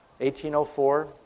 1804